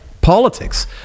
politics